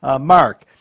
Mark